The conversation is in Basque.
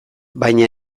baina